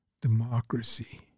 democracy